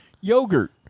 yogurt